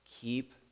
Keep